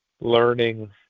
learning